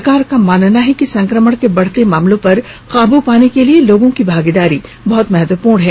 सरकार का मानना है कि संक्रमण के बढते मामलों पर काबू पाने के लिए लोगों की भागीदारी बहुत महत्वपूर्ण है